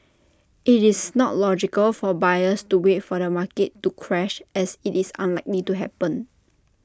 IT is not logical for buyers to wait for the market to crash as IT is unlikely to happen